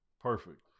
perfect